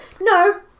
No